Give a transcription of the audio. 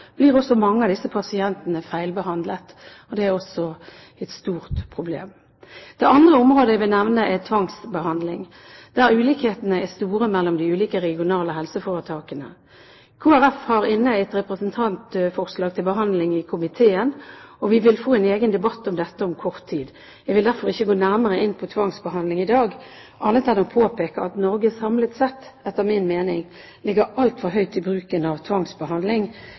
blir mange av disse pasientene feilbehandlet. Det er også et stort problem. Det andre området jeg vil nevne, er tvangsbehandling, der ulikhetene er store mellom de ulike regionale helseforetakene. Kristelig Folkeparti har inne et representantforslag til behandling i komiteen, og vi vil få en egen debatt om dette om kort tid. Jeg vil derfor ikke gå nærmere inn på tvangsbehandling i dag, annet enn å påpeke at Norge samlet sett etter min mening ligger altfor høyt i bruken av tvangsbehandling